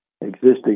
existing